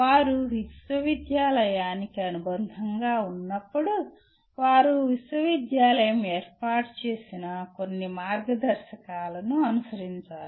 వారు విశ్వవిద్యాలయానికి అనుబంధంగా ఉన్నప్పుడు వారు విశ్వవిద్యాలయం ఏర్పాటు చేసిన కొన్ని మార్గదర్శకాలను అనుసరించాలి